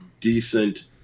decent